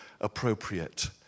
appropriate